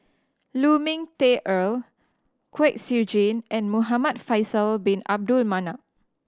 Lu Ming Teh Earl Kwek Siew Jin and Muhamad Faisal Bin Abdul Manap